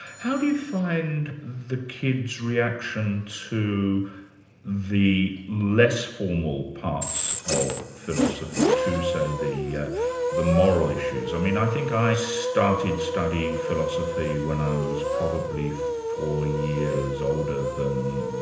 how do you find the kids' reaction to the less formal parts of philosophy to, say, the yeah the moral issues? i mean, i think i started studying philosophy when i was probably four years older than,